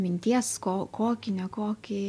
minties ko kokį nekokį